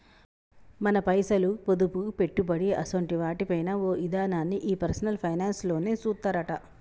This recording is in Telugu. మన పైసలు, పొదుపు, పెట్టుబడి అసోంటి వాటి పైన ఓ ఇదనాన్ని ఈ పర్సనల్ ఫైనాన్స్ లోనే సూత్తరట